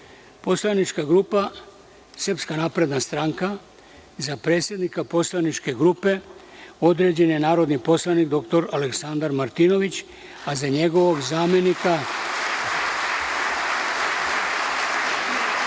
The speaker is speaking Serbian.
Poslanička grupa Srpska napredna stranka - za predsednika poslaničke grupe određen je narodni poslanik dr Aleksandar Martinović, a za njegovog zamenika